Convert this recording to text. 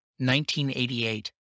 1988